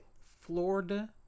Florida